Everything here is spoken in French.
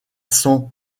san